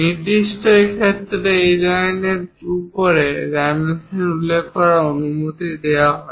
নির্দিষ্ট কিছু ক্ষেত্রে এটিকে লাইনর উপরে ডাইমেনশন উল্লেখ করার অনুমতি দেওয়া হয়